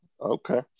okay